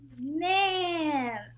Man